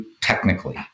technically